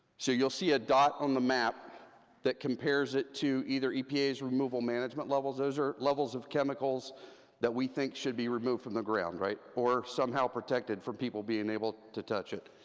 so you'll see a dot on the map that compares it to either epa's removal management levels, those are levels of chemicals that we think should be removed from the ground, right, or somehow protected from people being able to touch it.